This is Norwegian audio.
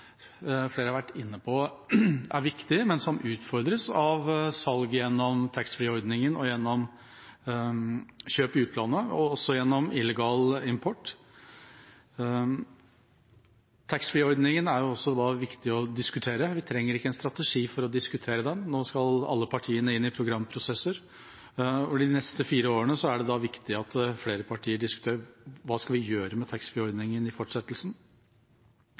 flere har vært inne på, er viktig, men utfordres av salg gjennom taxfree-ordningen og gjennom kjøp i utlandet, og også gjennom illegal import. Taxfree-ordningen er også viktig å diskutere, og vi trenger ikke en strategi for å diskutere den. Nå skal alle partiene inn i programprosesser, og for de neste fire årene er det da viktig at flere partier diskuterer: Hva skal vi gjøre med taxfree-ordningen i fortsettelsen?